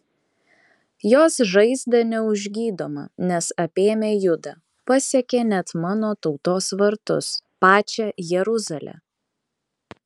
jos žaizda neužgydoma nes apėmė judą pasiekė net mano tautos vartus pačią jeruzalę